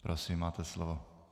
Prosím, máte slovo.